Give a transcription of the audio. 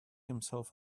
himself